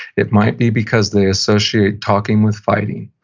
it might be because they associate talking with fighting,